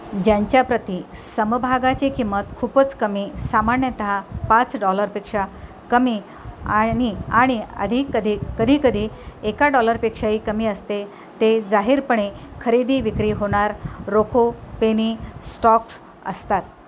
ज्यांच्या प्रति समभागाची किंमत खूपच कमी सामान्यतः पाच डॉलरपेक्षा कमी आणि आणि आधी कधी कधीकधी एका डॉलरपेक्षाही कमी असते ते जाहीरपणे खरेदी विक्री होणार रोखे पेनी स्टॉक्स असतात